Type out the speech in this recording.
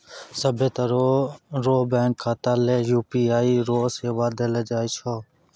सभ्भे तरह रो बैंक खाता ले यू.पी.आई रो सेवा देलो जाय छै